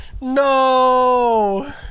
No